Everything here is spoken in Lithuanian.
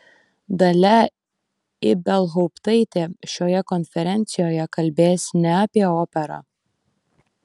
dalia ibelhauptaitė šioje konferencijoje kalbės ne apie operą